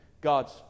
God's